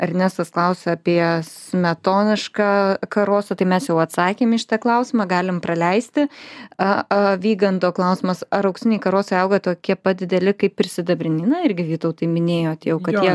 ernestas klausia apie smetonišką karoso tai mes jau atsakėm į šitą klausimą galim praleisti a a vygando klausimas ar auksiniai karosai auga tokie pat dideli kaip ir sidabriniai na irgi vytautai minėjot jau kad jie